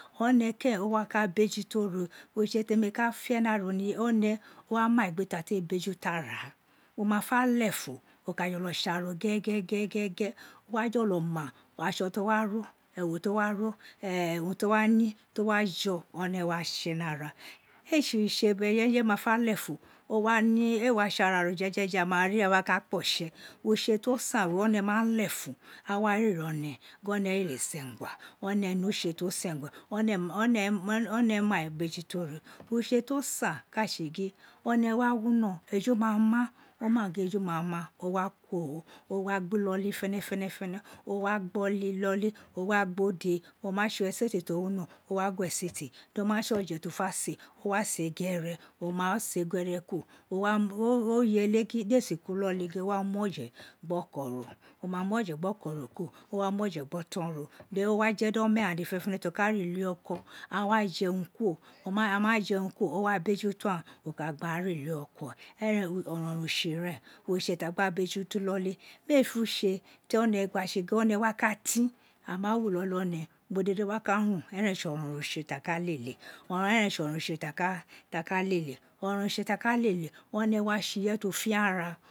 Ọnẹ kẹrẹn o wa ka bejuto ro utse tene ka fe ni ara oniye, one wa magbe ta te bejuto ara, o ma fa lefun o ka tse ara ro o wa jolo ma utso to wa ro ewu to wa ro uroh ti o wa ni to wa jo one wa tse ni ara, ee tse utse one ma fe lefun ee wa tse ara ro a ma rie a wa ka kpo tse, utse to san we one ma lefun a wa firi one gin one gheta sengu, one natse to sengua one mai befuto ro, utse to san ka tse gin one ma wino eju ma ma, o ma gin eju ma ma o wa kuoro, o wa gba iloli feneferu o wa gbo liloli, o wa gbode, o ma tse esete to wino o wa gwe sete, to ma tsoje to fe se, o wa se ghere o ma se ghere kuro o yele gin de sia kuro iloli gin o wa mu ofe gboko ro, o ma mu oje gbokoro kuro, o wa mu ofe gbe oton ro then o wa fe di omeghan dede fenefene to ka re uli-eko a wa jerun kuro aghan ma jerun kuro o wa bejuto aghan o ka gba gha re ulieko eren we orouron utse ren, utse fi a gba bejuto iloli mee fe utse ti o ne gba tse gin one wa ka tin, a ma wo iloli one ubo dede wa ka run, eren èé tse orouron utse ti a ka lele o eren eê tse oronron utse ti a ka lele oronron utse ti a ka lele, one wa tse ireye ti o fia ra.